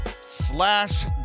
slash